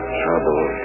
trouble